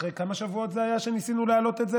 אחרי שניסינו להעלות את זה,